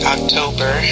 October